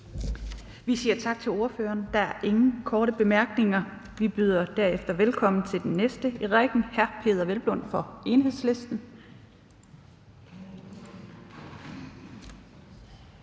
Vi siger tak til ordføreren. Der er ingen korte bemærkninger, og vi byder derefter velkommen til den næste i rækken, hr. Peder Hvelplund fra Enhedslisten.